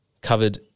Covered